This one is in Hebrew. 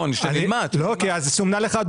הוא אומר שכאשר